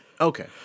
Okay